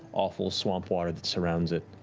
awful swamp water that surrounds it.